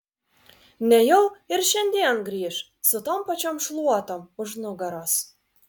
nejau ir šiandien grįš su tom pačiom šluotom už nugaros